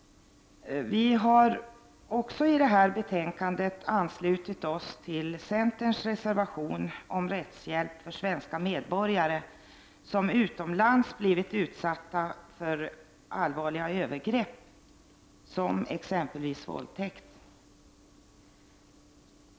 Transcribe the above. Vi har i betänkandet också anslutit oss till centerns reservation om rättshjälp för svenska medborgare som utomlands blivit utsatta för allvarliga övergrepp, exempelvis våldtäkt.